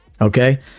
okay